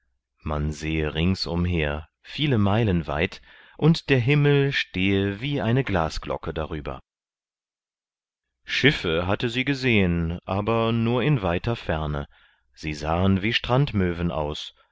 man sehe ringsumher viele meilen weit und der himmel stehe wie eine glasglocke darüber schiffe hatte sie gesehen aber nur in weiter ferne sie sahen wie strandmöven aus